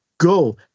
Go